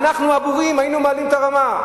אולי תשתתפו, תעלו את הרמה.